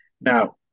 Now